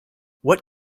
what